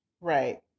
Right